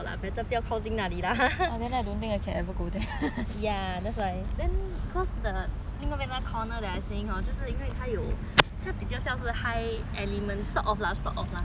ya that's why then cause the 另一边 corner that I saying 就是因为它有它比较像是 high elements sort of sort of lah !huh! 就是它有一个 maybe